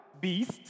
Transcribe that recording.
beast